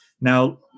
Now